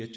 H